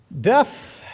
Death